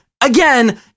Again